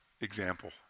example